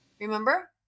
Remember